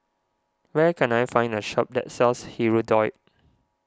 where can I find a shop that sells Hirudoid